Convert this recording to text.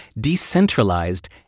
decentralized